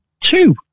two